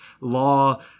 Law